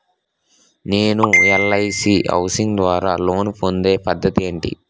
నేను LIC housing ద్వారా loan పొందే పద్ధతి ఏంటి?